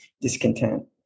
discontent